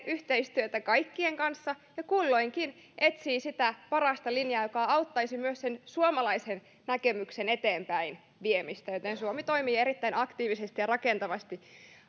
yhteistyötä kaikkien kanssa ja kulloinkin etsii sitä parasta linjaa joka auttaisi myös sen suomalaisen näkemyksen eteenpäinviemistä joten suomi toimii erittäin aktiivisesti ja rakentavasti